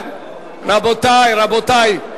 רבותי, רבותי,